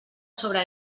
sobre